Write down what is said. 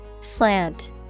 Slant